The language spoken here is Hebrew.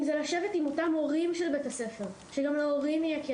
אם זה לשבת עם אותם מורים של בית הספר שגם להורים יהיה כלים,